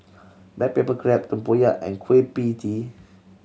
black pepper crab tempoyak and Kueh Pie Tee